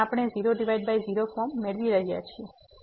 તેથી આપણે 00 ફોર્મ મેળવી રહ્યા છીએ